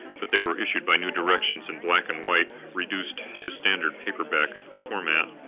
but they were issued by new directions in black and white, reduced to standard paperback format.